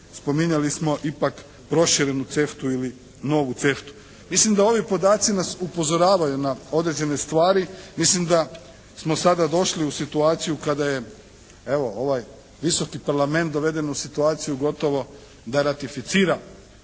Spominjali smo ipak proširenu CEFTA-u ili novu CEFTA-u. Mislim da ovi podaci nas upozoravaju na određene stvari. Mislim da smo sada došli u situaciju kada je evo ovaj visoki parlament doveden u situaciju gotovo da ratificira